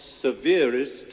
severest